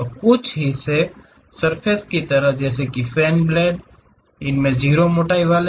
कुछ हिस्से सर्फ़ेस की तरह जैसे की फेन ब्लाड़े इनमें 0 मोटाई वाले हैं